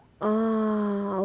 uh